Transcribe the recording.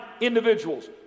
individuals